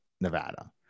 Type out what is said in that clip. Nevada